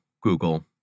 Google